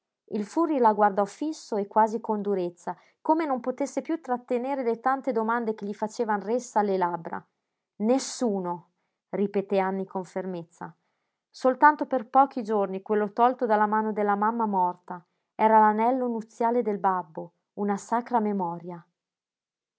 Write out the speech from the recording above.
il furri la guardò fisso e quasi con durezza come non potesse piú trattenere le tante domande che gli facevan ressa alle labbra nessuno ripeté anny con fermezza soltanto per pochi giorni quello tolto dalla mano della mamma morta era l'anello nuziale del babbo una sacra memoria